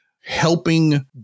helping